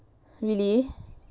really